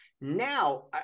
Now